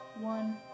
one